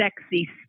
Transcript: sexy